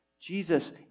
Jesus